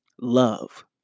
love